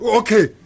okay